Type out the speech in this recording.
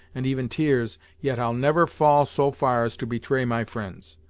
and even tears, yet i'll never fall so far as to betray my fri'nds.